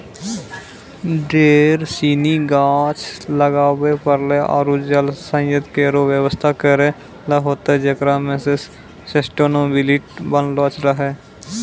ढेर सिनी गाछ लगाबे पड़तै आरु जल संचय केरो व्यवस्था करै ल होतै जेकरा सें सस्टेनेबिलिटी बनलो रहे